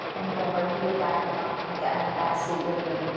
and whenever he had gotten out and gotten in the back seat with me,